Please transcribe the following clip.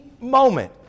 moment